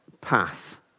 path